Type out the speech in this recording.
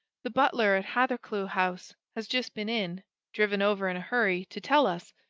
the butler at hathercleugh house has just been in driven over in a hurry to tell us.